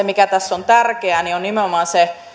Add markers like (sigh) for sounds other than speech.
(unintelligible) mikä tässä on tärkeää on nimenomaan se